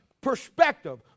perspective